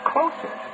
Closer